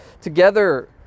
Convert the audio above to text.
together